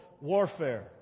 warfare